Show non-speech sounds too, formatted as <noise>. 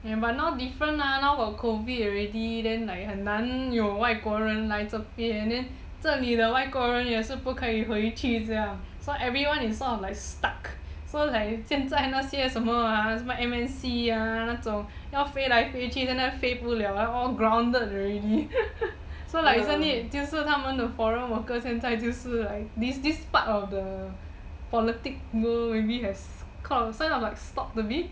eh but now different ah now got COVID already then like 很难有外国人来这边 then 这里的外国人也不可以回去这样 so everyone is sort of like stuck so like 现在那些什么啊什么 M_M_C 那种要飞来飞去都飞不了 all grounded already <laughs> so like isn't it 就是他们的 foreign worker 现在就是 like this part of the politic world maybe has sort of like stopped